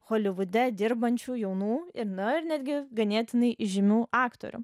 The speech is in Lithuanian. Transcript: holivude dirbančių jaunų ir nu ir netgi ganėtinai žymių aktorių